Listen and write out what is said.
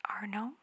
Arno